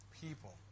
people